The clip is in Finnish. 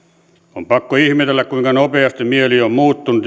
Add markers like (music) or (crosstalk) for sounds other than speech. on pakko ihmetellä kuinka nopeasti mieli on muuttunut (unintelligible)